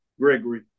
Gregory